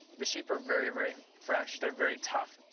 the sheep are very, very fresh, they're very tough.